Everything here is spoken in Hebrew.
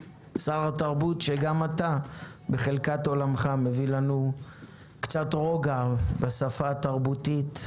שר התרבות שגם אתה בחלקת עולמך מביא לנו קצת רוגע בשפה התרבותית,